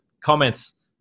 comments